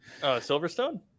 silverstone